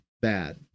bad